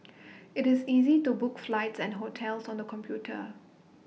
IT is easy to book flights and hotels on the computer